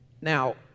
Now